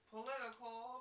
political